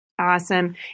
Awesome